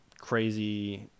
crazy